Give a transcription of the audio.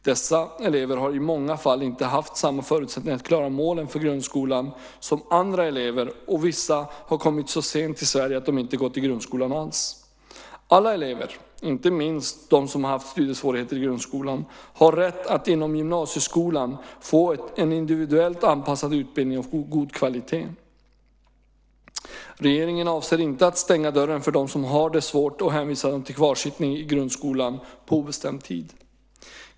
Dessa elever har i många fall inte haft samma förutsättningar att klara målen för grundskolan som andra elever, och vissa har kommit så sent till Sverige att de inte har gått i grundskolan alls. Alla elever, inte minst de som haft studiesvårigheter i grundskolan, har rätt att inom gymnasieskolan få en individuellt anpassad utbildning av god kvalitet. Regeringen avser inte att stänga dörren för dem som har det svårast och hänvisa dem till kvarsittning i grundskolan på obestämd tid.